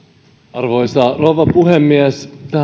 arvoisa rouva puhemies